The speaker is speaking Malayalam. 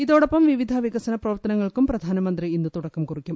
ഇതോടൊപ്പം വിവിധ വികസന പ്രവർത്തനങ്ങൾക്കും പ്രധാനമന്ത്രി ഇന്ന് തുടക്കം കുറിക്കും